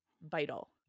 vital